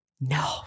No